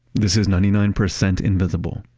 this is ninety nine percent invisible.